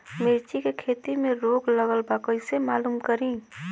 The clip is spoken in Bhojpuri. मिर्ची के खेती में रोग लगल बा कईसे मालूम करि?